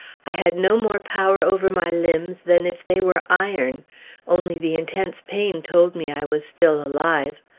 i had no more power over my limbs than if they were iron only the intense pain told me i was still alive.